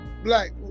Black